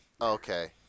Okay